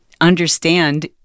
understand